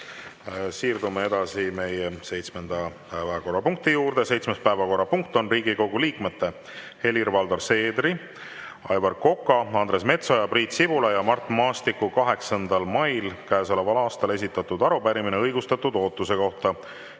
Siirdume edasi meie seitsmenda päevakorrapunkti juurde. Seitsmes päevakorrapunkt on Riigikogu liikmete Helir-Valdor Seederi, Aivar Koka, Andres Metsoja, Priit Sibula ja Mart Maastiku 8. mail käesoleval aastal esitatud arupärimine õigustatud ootuse kohta.